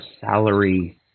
salary